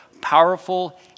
powerful